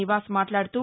నివాస్ మాట్లాడుతూ